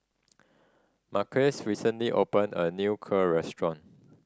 Marquez recently open a new Kheer restaurant